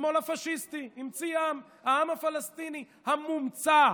השמאל הפשיסטי המציא עם, העם הפלסטיני המומצא.